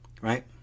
Right